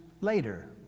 later